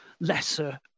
lesser